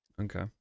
Okay